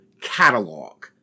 catalog